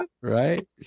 Right